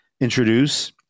introduce